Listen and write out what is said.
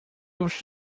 você